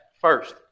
first